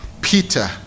Peter